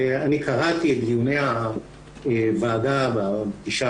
ואני קראתי את דיוני הוועדה בפגישה